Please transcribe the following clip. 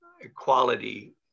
Equality